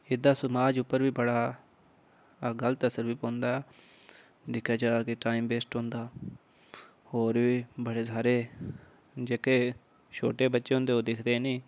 एह्दा समाज उप्पर बी बड़ा गल्त असर बी पौंदा ऐ दिक्खेआ जा अगर ते टाईम वेस्ट होंदा होर बी बड़े सारे जेह्के छोटे बच्चे ओह् दिखदे नीं